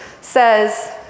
says